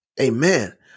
Amen